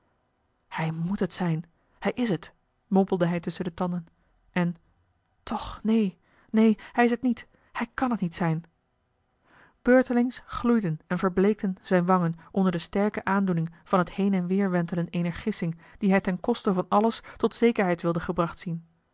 hij moet het zijn hij is het mompelde hij tusschen de tanden en toch neen neen hij is het niet hij kan het niet zijn beurtelings gloeiden en verbleekten zijne wangen onder de sterke aandoening van het heen en weêr wentelen eener gissing die hij ten koste van alles tot zekerheid wilde gebracht zien